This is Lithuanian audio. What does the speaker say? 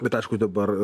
bet aišku dabar